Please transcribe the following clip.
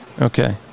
Okay